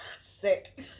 Sick